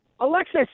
Alexis